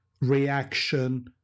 reaction